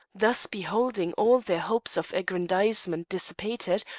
thus beholding all their hopes of aggrandizement dissipated,